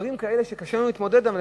דברים כאלה שקשה לנו להתמודד אתם.